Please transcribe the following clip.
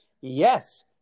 Yes